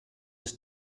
his